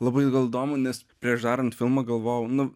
labai gal įdomu nes prieš darant filmą galvojau nu